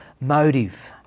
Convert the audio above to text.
motive